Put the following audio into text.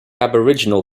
aboriginal